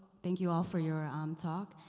thank you all for your um talk.